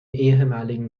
ehemaligen